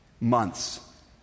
months